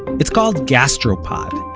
it's called gastropod,